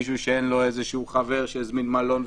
מי שיש לו איזה חבר שהזמין חדר במלון,